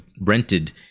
rented